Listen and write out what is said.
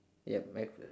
yup right